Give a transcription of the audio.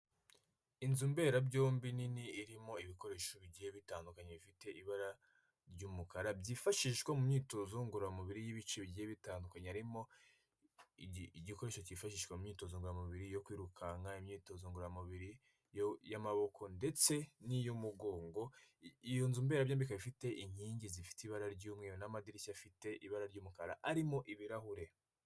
Inzu mberabyombi nini irimo ibikoresho bigiye bitandukanye bifite ibara ry'umukara, byifashishwa mu myitozo ngororamubiri y'ibice bigiye bitandukanye harimo igikoresho cyifashishwa mu myitozo ngororamubiri yo kwirukanka, imyitozo ngororamubiri y'amaboko ndetse n'iy'umugongo, iyo nzu mberabyombi kandi ifite inkingi zifite ibara ry'umweru n'amadirishya afite ibara ry'umukara arimo ibirahure.